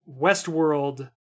Westworld